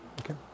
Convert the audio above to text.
Okay